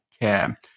care